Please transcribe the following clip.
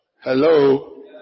Hello